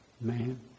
man